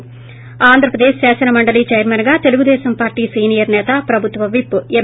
ి స్తాంధ్రప్రదేశ్ శాసన మండలీ చైర్మన్గా తెలుగుదేశం పార్లి సీనియర్ నేత ప్రభుత్వ విప్ ఎం